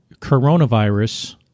coronavirus